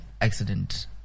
accident